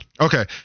Okay